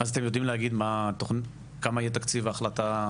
אתם יודעים להגיד כמה יהיה תקציב ההחלטה?